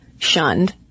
shunned